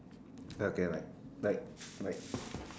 okay right right right